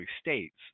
states